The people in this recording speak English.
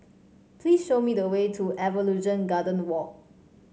please show me the way to Evolution Garden Walk